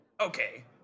Okay